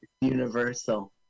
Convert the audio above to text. Universal